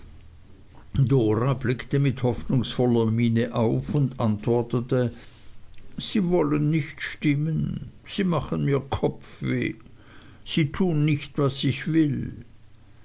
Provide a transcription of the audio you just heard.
blickte mit hoffnungloser miene auf und antwortete sie wollen nicht stimmen sie machen mir kopfweh sie tun nicht was ich will